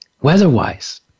weather-wise